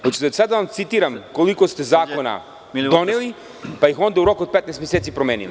Hoćete li sada da vam citiram koliko ste zakona doneli, pa ih onda u roku od 15 meseci promenili?